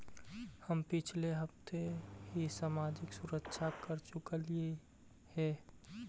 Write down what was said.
हम पिछले हफ्ते ही सामाजिक सुरक्षा कर चुकइली हे